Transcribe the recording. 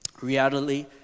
Reality